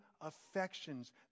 affections